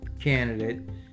candidate